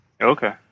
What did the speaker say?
Okay